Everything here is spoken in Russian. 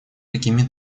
какими